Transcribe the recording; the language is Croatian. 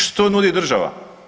Što nudi država?